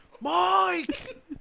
Mike